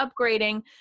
upgrading